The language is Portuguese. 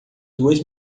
duas